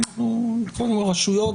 מייד אנחנו נשמע את הרשויות.